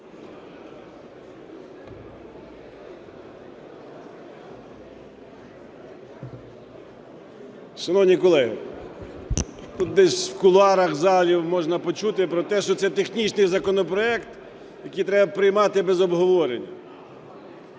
Шановні колеги, десь в кулуарах, в залі можна почути про те, що це технічний законопроект, який треба приймати без обговорення.